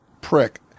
prick